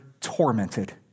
tormented